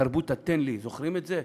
תרבות ה"תן לי", זוכרים את זה?